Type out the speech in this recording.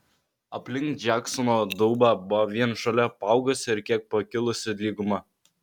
aplink džeksono daubą buvo vien žole apaugusi ir kiek pakilusi lyguma